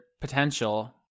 potential